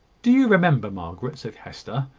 do you remember, margaret, said hester,